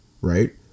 right